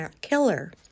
Killer